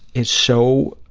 is so